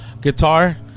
guitar